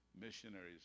missionaries